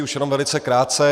Už jenom velice krátce.